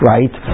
Right